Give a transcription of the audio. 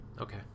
Okay